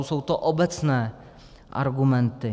Jsou to obecné argumenty.